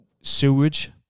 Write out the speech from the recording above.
sewage